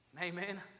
Amen